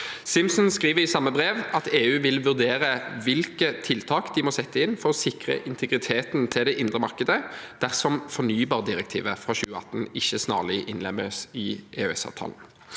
Simson skriver i samme brev at EU vil vurdere hvilke tiltak de må sette inn for å sikre integriteten til det indre markedet dersom fornybardirektivet for 2018 ikke snarlig innlemmes i EØSavtalen.